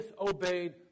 Disobeyed